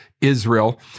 Israel